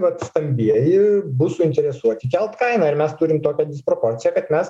vat stambieji bus suinteresuoti kelt kainą ir mes turim tokią disproporciją kad mes